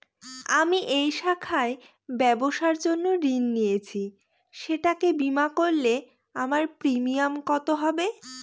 আমি এই শাখায় ব্যবসার জন্য ঋণ নিয়েছি সেটাকে বিমা করলে আমার প্রিমিয়াম কত হবে?